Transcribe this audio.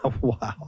Wow